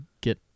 get